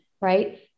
right